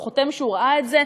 הוא חותם שהוא ראה את זה,